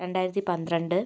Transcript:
രണ്ടായിരത്തി പന്ത്രണ്ട്